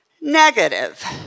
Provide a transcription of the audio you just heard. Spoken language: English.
negative